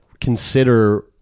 consider